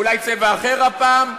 אולי צבע אחר הפעם,